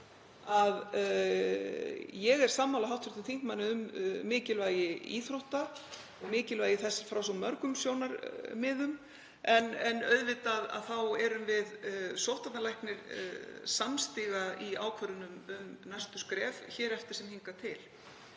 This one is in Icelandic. að ég er sammála hv. þingmanni um mikilvægi íþrótta út frá svo mörgum sjónarmiðum. En auðvitað erum við sóttvarnalæknir samstiga í ákvörðunum um næstu skref hér eftir sem hingað til.